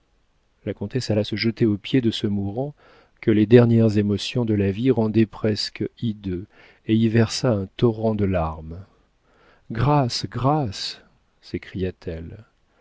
la comtesse alla se jeter au pied de ce mourant que les dernières émotions de la vie rendaient presque hideux et y versa un torrent de larmes grâce grâce